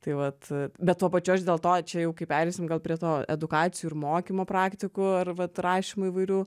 tai vat bet tuo pačiu aš dėl to čia jau kai pereisim gal prie to edukacijų ir mokymo praktikų ar vat rašimų įvairių